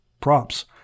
props